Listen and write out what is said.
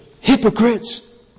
hypocrites